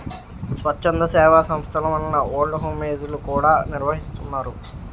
స్వచ్ఛంద సేవా సంస్థల వలన ఓల్డ్ హోమ్ ఏజ్ లు కూడా నిర్వహిస్తున్నారు